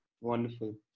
wonderful